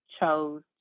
chose